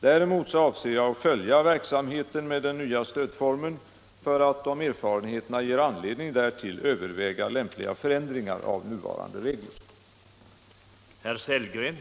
Däremot avser jag att följa verksamheten med den nya stödformen för att, om erfarenheterna ger anledning därtill, överväga lämpliga förändringar av nuvarande regler.